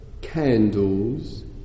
candles